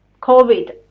COVID